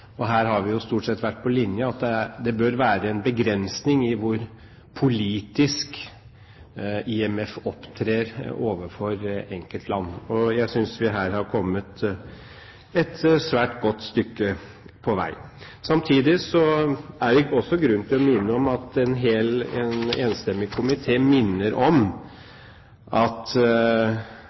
Her har vi stort sett vært på linje, at det bør være en begrensning i hvor politisk IMF opptrer overfor enkeltland. Jeg synes vi her har kommet et svært godt stykke på vei. Samtidig er det også grunn til å si at en enstemmig komité minner om at